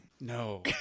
No